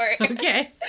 Okay